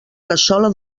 cassola